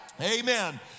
Amen